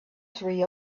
tree